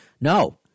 No